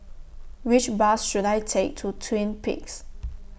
Which Bus should I Take to Twin Peaks